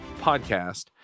podcast